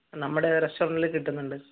നമ്മുടെ റെസ്റ്റോറൻറ്റിൽ കിട്ടുന്നുണ്ട്